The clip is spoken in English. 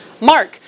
Mark